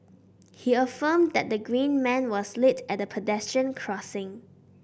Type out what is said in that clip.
he affirmed that the green man was lit at the pedestrian crossing